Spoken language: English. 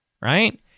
right